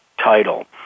title